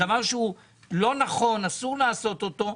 זה דבר שהוא לא נכון, אסור לעשות אותו.